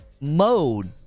mode